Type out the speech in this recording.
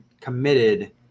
committed –